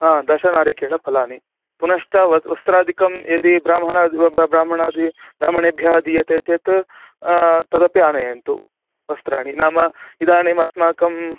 दशनारिकेळफ़लानि पुनश्च वस् वस्त्रादिकं यदि ब्राह्मणादि ब्राह्मणादि ब्राह्मणेभ्यः दीयते चेत् तदपि आनयन्तु वस्त्राणि नाम इदानिमस्माकं